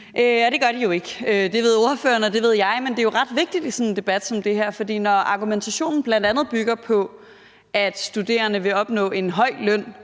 det gør de jo ikke. Det ved ordføreren, og det ved jeg. Men det er jo ret vigtigt i sådan en debat som den her, for når argumentationen bl.a. bygger på, at studerende vil opnå en høj løn